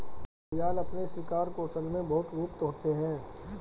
घड़ियाल अपने शिकार कौशल में बहुत गुप्त होते हैं